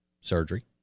surgery